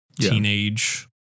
teenage